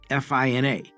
FINA